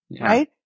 right